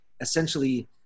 essentially